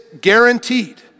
guaranteed